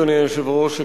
אדוני היושב-ראש,